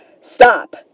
stop